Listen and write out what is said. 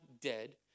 dead